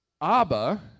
Abba